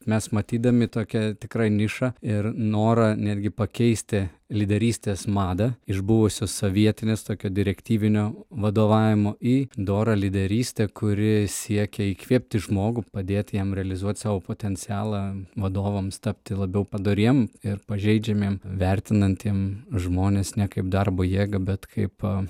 mes matydami tokią tikrą nišą ir norą netgi pakeisti lyderystės madą iš buvusios sovietinės tokio direktyvinio vadovavimo į dorą lyderystę kuri siekia įkvėpti žmogų padėt jam realizuot savo potencialą vadovams tapti labiau padoriem ir pažeidžiamiem vertinantiem žmones ne kaip darbo jėgą bet kaip